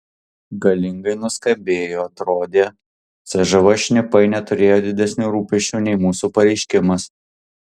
galingai nuskambėjo atrodė cžv šnipai neturėjo didesnių rūpesčių nei mūsų pareiškimas